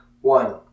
One